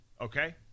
okay